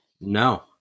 No